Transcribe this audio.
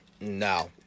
No